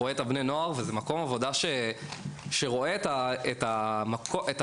מדובר במקומות עבודה שרואים את בני הנוער ורואים את